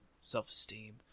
self-esteem